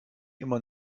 immer